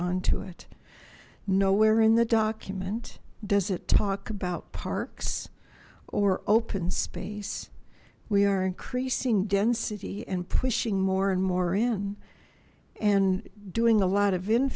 on to it nowhere in the document does it talk about parks or open space we are increasing density and pushing more and more in and doing a lot of in